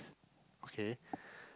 okay